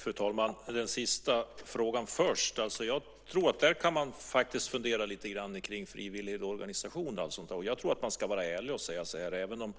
Fru talman! Jag tar den sista frågan först. Jag tror att man kan fundera en del kring frivilligorganisationerna. Jag tror att man ska vara ärlig och säga att även om